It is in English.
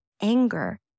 anger